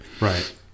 right